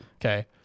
Okay